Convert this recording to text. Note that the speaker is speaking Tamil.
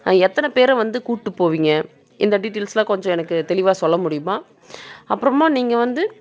எத்தனை பேரை வந்து கூட்டு போவீங்க இந்த டீட்டியில்ஸெலாம் கொஞ்சம் எனக்கு தெளிவாக சொல்ல முடியுமா அப்புறமா நீங்கள் வந்து